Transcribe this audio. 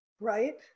Right